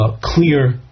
clear